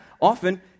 often